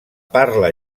parla